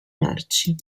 merci